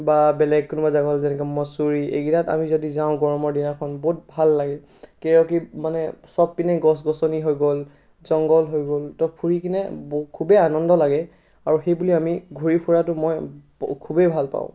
বা বেলেগ কোনোবা জাগা হ'ল যেনেকৈ মচুৰি এইকেইটাত আমি যদি যাওঁ গৰমৰ দিনাখন বহুত ভাল লাগে কিয় কি মানে সবপিনে গছ গছনি হৈ গ'ল জংঘল হৈ গ'ল ত' ফুৰি কিনে ব খুবেই আনন্দ লাগে আৰু সেই বুলি আমি ঘূৰি ফুৰাটো মই খুবেই ভাল পাওঁ